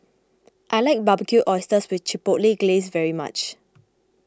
I like Barbecued Oysters with Chipotle Glaze very much